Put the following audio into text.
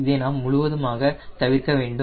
இதை நாம் முழுவதுமாக தவிர்க்க வேண்டும்